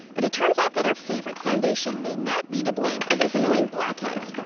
but it turns out that our favorite foundation may not be to blame for those annoying blackheads.